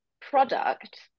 product